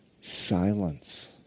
Silence